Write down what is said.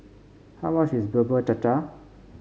how much is Bubur Cha Cha